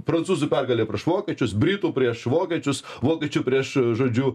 prancūzų pergalė prieš vokiečius britų prieš vokiečius vokiečių prieš žodžiu